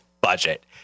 budget